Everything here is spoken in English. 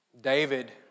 David